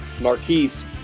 Marquise –